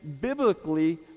biblically